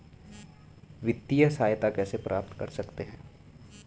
वित्तिय सहायता कैसे प्राप्त कर सकते हैं?